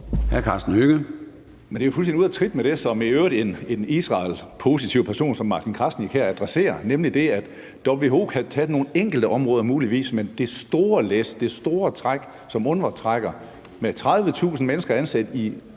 Det er fuldstændig ude af trit med det, som en i øvrigt Israelpositiv person som Martin Krasnik her adresserer, nemlig det, at WHO kan tage nogle enkelte områder muligvis, men det er store læs, det store træk, UNRWA trækker med 30.000 mennesker ansat i